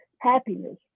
Happiness